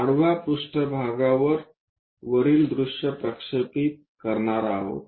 आडवा पृष्ठभागावर वरील दृश्य प्रक्षेपित करणार आहोत